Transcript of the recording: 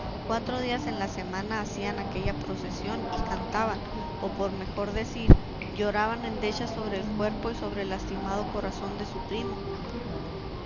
cuatro días en la semana hacían aquella procesión y cantaban o por mejor decir lloraban endechas sobre el cuerpo y sobre el lastimado corazón de su primo